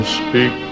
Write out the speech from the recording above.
speak